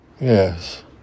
Yes